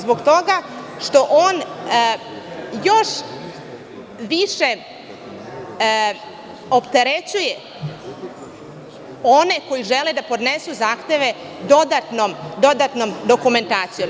Zbog toga što on još više opterećuje one koji žele da podnesu zahteve, dodatnom dokumentacijom.